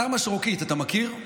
אתר משרוקית, אתה מכיר?